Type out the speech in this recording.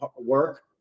work